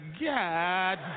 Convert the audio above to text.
God